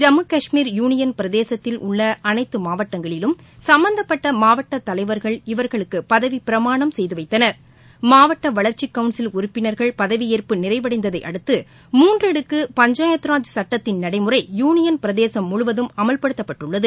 Jammu Kashmir union பிரதேசத்தில் உள்ள அனைத்து மாவட்டங்களிலும் சம்பந்தப்பட்ட மாவட்ட தலைவர்கள் இவர்களுக்கு பதவிப்பிரமாணம் செய்து வைத்தனர்மாவட்ட வளர்ச்சிக் கவுன்சில் உறுப்பினர்கள் பதவியேற்பு நிறைவளடந்ததை அடுத்து மூன்றடுக்கு பஞ்சாயாத்ராஜ் சட்டத்தின் நடைமுறை யுனியன் பிரதேசம் முழுவதும் அமல்படுத்தப்பட்டுள்ளது